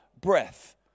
breath